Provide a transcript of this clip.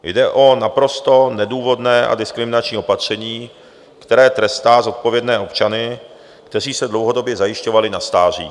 Jde o naprosto nedůvodné a diskriminační opatření, které trestá zodpovědné občany, kteří se dlouhodobě zajišťovali na stáří.